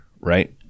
right